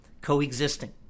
coexisting